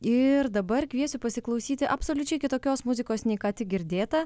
ir dabar kviesiu pasiklausyti absoliučiai kitokios muzikos nei ką tik girdėta